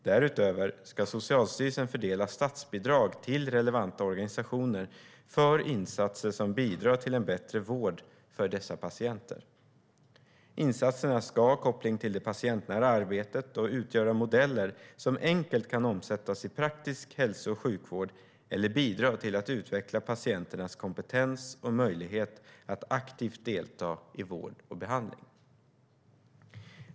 Därutöver ska Socialstyrelsen fördela statsbidrag till relevanta organisationer för insatser som bidrar till bättre vård för dessa patienter. Insatserna ska ha koppling till det patientnära arbetet och utgöra modeller som enkelt kan omsättas i praktisk hälso och sjukvård eller bidra till att utveckla patienternas kompetens och möjlighet att aktivt delta i vård och behandling.